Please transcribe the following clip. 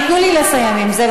תנו לי לסיים עם זה.